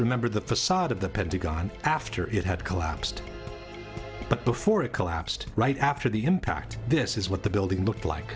remember the facade of the pentagon after it had collapsed but before it collapsed right after the impact this is what the building looked like